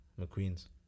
McQueen's